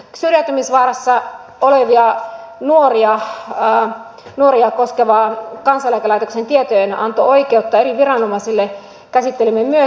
syrjäytymisvaarassa olevia nuoria koskevaa kansaneläkelaitoksen tietojenanto oikeutta eri viranomaisille käsittelimme myös